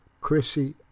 Chrissy